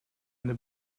eine